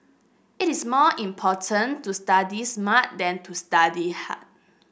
it is more important to study smart than to study hard